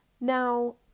now